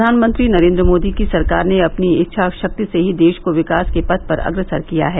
प्रधानमंत्री नरेन्द्र मोदी की सरकार ने अपनी इच्छा शक्ति से ही देश को विकास के पथ पर अग्रसर किया है